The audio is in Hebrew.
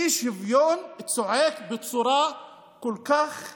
האי-שוויון צועק בצורה כל כך ברורה.